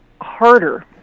harder